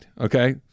okay